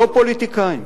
לא פוליטיקאים